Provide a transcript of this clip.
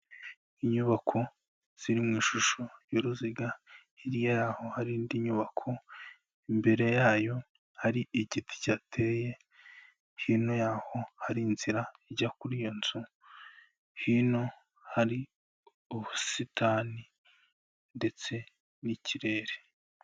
Inyubako ziri mu ishusho y'uruziga, hirya yaho hari indi nyubako imbere yayo hari igiti cyihateye hino y'aho hari inzira ijya kuri iyo nzu, hino hari ubusitani ndetse n'ikirere.